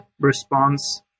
response